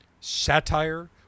satire